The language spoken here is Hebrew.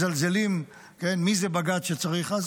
מזלזלים, מי זה בג"ץ שצריך?